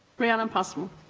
rhianon passmore